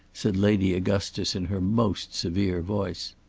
said lady augustus in her most severe voice.